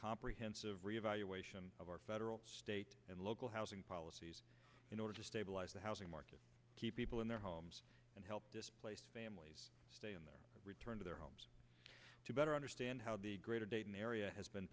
comprehensive reevaluation of our federal state and local housing policies in order to stabilize the housing market keep people in their homes and help displaced families stay in their return to their homes to better understand how the greater dayton area has been